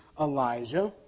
Elijah